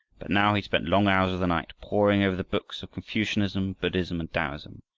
but now he spent long hours of the night, poring over the books of confucianism, buddhism, and taoism,